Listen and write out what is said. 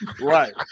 Right